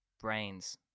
brains